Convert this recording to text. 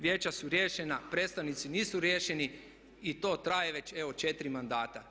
Vijeća su riješena, predstavnici nisu riješeni i to traje već evo 4 mandata.